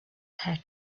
her